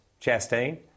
Chastain